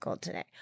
today